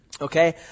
okay